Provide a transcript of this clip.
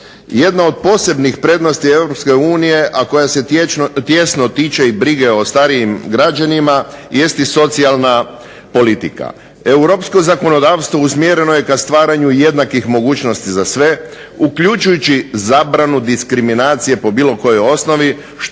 Jedna od posebnih prednosti Europske unije a koja se tijesno tiče i brige o starijim građanima jest i socijalna politika. Europsko zakonodavstvo usmjereno je ka stvaranju jednakih mogućnosti za sve uključujući zabranu diskriminacije po bilo kojoj osnovi